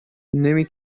نمی